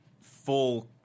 full